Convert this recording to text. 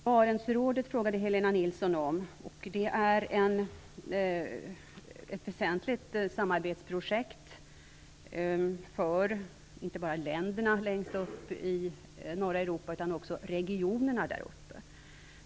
Helena Nilsson ställde en fråga om Barentsområdet, vilket är ett väsentligt samarbetsprojekt. Det omfattar inte bara länderna längst upp i norra Europa utan också regionerna där uppe.